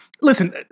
listen